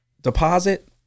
Deposit